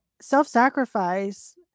self-sacrifice